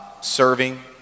Serving